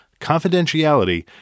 confidentiality